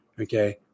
Okay